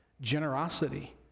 generosity